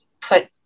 put